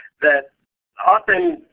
that often,